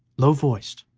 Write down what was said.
low-voiced,